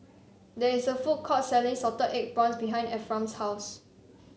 there is a food court selling Salted Egg Prawns behind Ephram's house